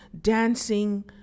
dancing